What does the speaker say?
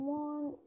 one